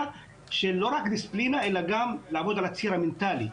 של לא רק דיסציפלינה אלא גם לעבוד על הציר המנטלי.